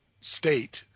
state